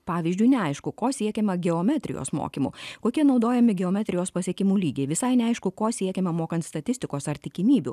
pavyzdžiui neaišku ko siekiama geometrijos mokymu kokie naudojami geometrijos pasiekimų lygiai visai neaišku ko siekiama mokant statistikos ar tikimybių